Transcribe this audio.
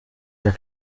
mehr